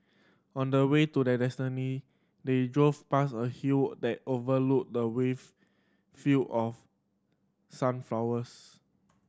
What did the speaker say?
on the way to their destiny they drove past a hill that overlooked the wave field of sunflowers